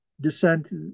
descent